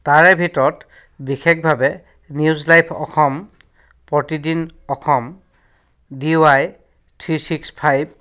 তাৰে ভিতৰত বিশেষভাৱে news live Asom Pratidin Asom D Y three six five